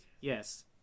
Yes